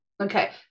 Okay